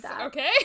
Okay